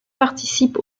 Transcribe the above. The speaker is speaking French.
participe